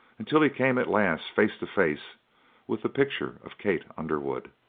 until he came at last face to face with the picture of kate underwood.